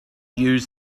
use